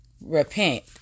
Repent